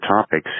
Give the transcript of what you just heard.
topics